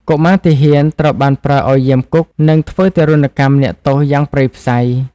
កុមារទាហានត្រូវបានប្រើឱ្យយាមគុក និងធ្វើទារុណកម្មអ្នកទោសយ៉ាងព្រៃផ្សៃ។